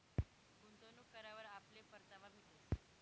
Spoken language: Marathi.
गुंतवणूक करावर आपले परतावा भेटीस